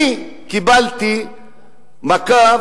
אני קיבלתי מכה,